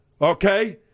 Okay